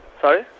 Sorry